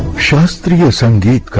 shot through sunday,